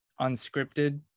Unscripted